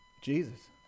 Jesus